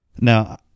Now